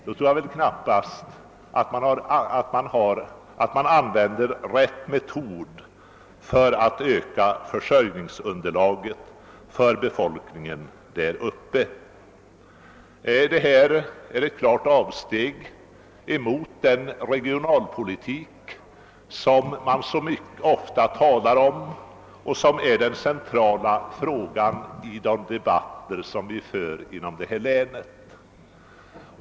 Det kan knappast vara rätt metod för att öka försörjningsunderlaget för befolkningen. Nej, detta är ett klart av steg från den regionalpolitik som det så ofta talas om och som är den centrala frågan i de debatter som förs inom länet.